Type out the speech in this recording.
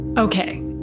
Okay